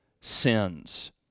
sins